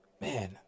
man